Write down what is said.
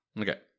Okay